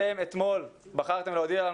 בניגוד לכל מיני דברים שנאמרו,